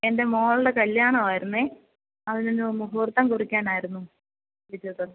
എൻ്റെ മോളുടെ കല്യാണമായിരുന്നെ അതിനൊന്ന് മുഹൂർത്തം കുറിക്കാനായിരുന്നു വിളിച്ചത്